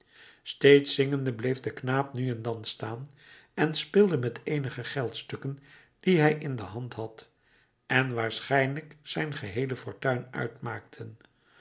steeds zingende bleef de knaap nu en dan staan en speelde met eenige geldstukken die hij in de hand had en waarschijnlijk zijn geheele fortuin uitmaakten